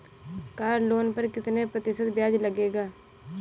Car loan पर कितने प्रतिशत ब्याज लगेगा?